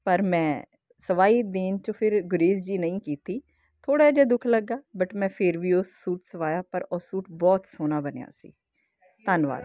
ਪਰ ਮੈਂ ਸਵਾਈ ਦੇਣ 'ਚ ਫਿਰ ਗੁਰੇਜ਼ ਜੀ ਨਹੀਂ ਕੀਤੀ ਥੋੜ੍ਹਾ ਜਿਹਾ ਦੁੱਖ ਲੱਗਾ ਬਟ ਮੈਂ ਫਿਰ ਵੀ ਉਹ ਸੂਟ ਸਵਾਇਆ ਪਰ ਉਹ ਸੂਟ ਬਹੁਤ ਸੋਹਣਾ ਬਣਿਆ ਸੀ ਧੰਨਵਾਦ